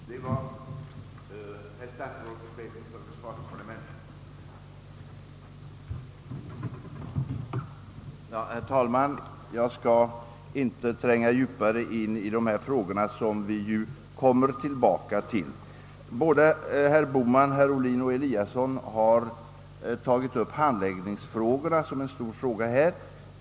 Herr talman! Jag skall inte tränga djupare in i dessa frågor som vi senare får återkomma till. Både herr Bohman, herr Ohlin och herr Eliasson har tagit upp handläggningen som en stor sak.